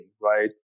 right